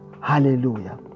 hallelujah